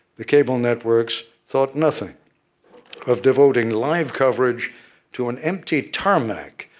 the cable networks thought nothing of devoting live coverage to an empty tarmac,